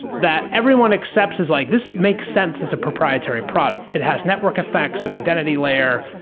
that everyone accepts is like this makes sense as a proprietary product. it has network effects, an identity layer.